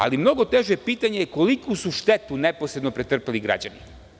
Ali, mnogo teže je pitanje koliku su štetu neposredno pretrpeli građani.